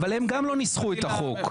הם גם לא ניסחו את החוק.